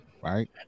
right